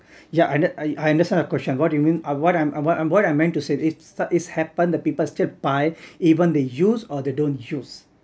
yeah and I under I understand the question what you mean ah what I'm what I'm what I meant to say it's stuff it's happened that people still buy even they use or they don't use